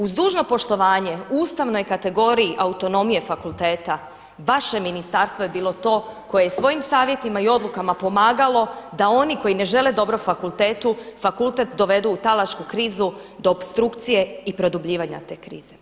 Uz dužno poštovanje ustavnoj kategoriji autonomije fakulteta vaše ministarstvo je bilo to koje je svojim savjetima i odlukama pomagalo da oni koji ne žele dobro fakultetu fakultet dovedu u talačku krizu do opstrukcije i produbljivanja te krize.